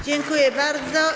Dziękuję bardzo.